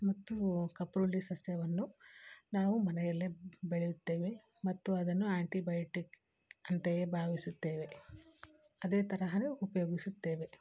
ಮತ್ತೂ ಕಪ್ರುಳ್ಳಿ ಸಸ್ಯವನ್ನು ನಾವು ಮನೆಯಲ್ಲೇ ಬೆಳೆಯುತ್ತೇವೆ ಮತ್ತು ಅದನ್ನು ಆ್ಯಂಟಿ ಬಯೋಟಿಕ್ ಅಂತೆಯೇ ಭಾವಿಸುತ್ತೇವೆ ಅದೇ ತರಹ ಉಪಯೋಗಿಸುತ್ತೇವೆ